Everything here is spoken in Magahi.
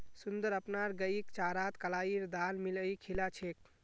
सुंदर अपनार गईक चारात कलाईर दाल मिलइ खिला छेक